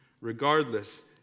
Regardless